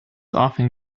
often